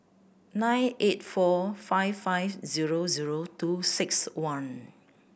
nine eight four five five zero zero two six one